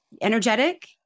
energetic